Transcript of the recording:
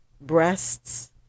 breasts